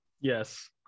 Yes